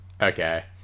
Okay